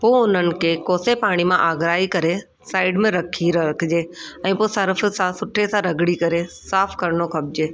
पोइ हुननि खे कोसे पाणी मां आघिराए करे साइड में रखी रखिजे ऐं पोइ सर्फ़ सां सुठे सां रगड़ी करे साफ़ु करिणो खपिजे